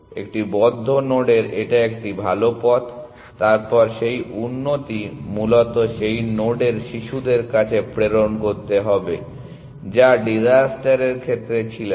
একটি বদ্ধ নোডের এটা একটি ভাল পথ তারপর সেই উন্নতি মূলত সেই নোডের শিশুদের কাছে প্রেরণ করতে হবে যা ডিসাস্টার এর ক্ষেত্রে ছিল না